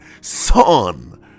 Son